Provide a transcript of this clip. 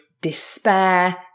despair